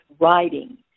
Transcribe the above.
writing